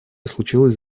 случилось